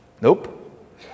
Nope